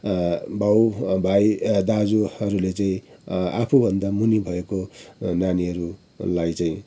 बाउ भाइ ए दाजुहरूले चाहिँ आफूभन्दा मुनि भएको नानीहरूलाई चाहिँ